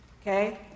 Okay